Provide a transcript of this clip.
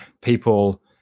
people